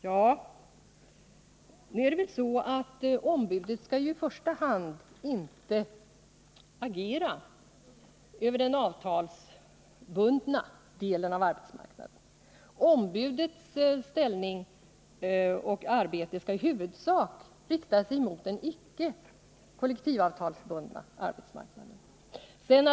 Ombudet skall ju inte i första hand agera på den avtalsbundna delen av arbetsmarknaden. Ombudets arbete skall i huvudsak inriktas på den icke kollektivavtalsbundna arbetsmarknaden.